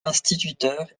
instituteurs